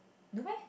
no meh